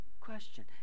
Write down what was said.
question